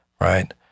right